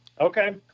Okay